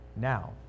now